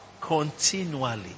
Continually